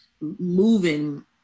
moving